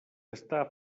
està